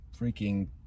freaking